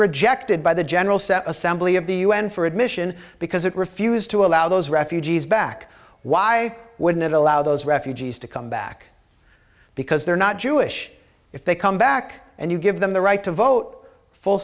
rejected by the general assembly of the un for admission because it refused to allow those refugees back why wouldn't allow those refugees to come back because they're not jewish if they come back and you give them the right to vote f